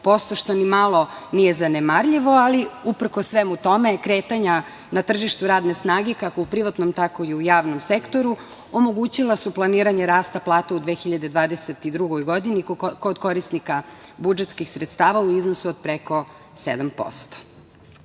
što ni malo nije zanemarljivo. Ali, uprkos svemu tome, kretanja na tržištu radne snage, kako u privatnom, tako i u javnom sektoru, omogućila su planiranje rasta plata u 2022. godini kod korisnika budžetskih sredstava u iznosu od preko 7%.Ja